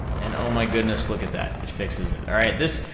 and oh my goodness, look at that, it fixes it, alright? this,